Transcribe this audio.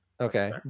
Okay